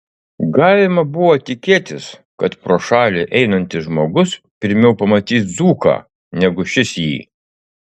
galima buvo tikėtis kad pro šalį einantis žmogus pirmiau pamatys dzūką negu šis jį